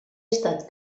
estat